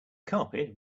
carpet